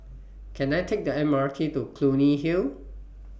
Can I Take The M R T to Clunny Hill